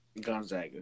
Gonzaga